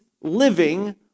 living